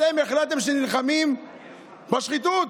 אתם החלטתם שנלחמים בשחיתות,